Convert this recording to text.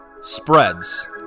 spreads